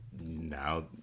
now